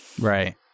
right